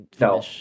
No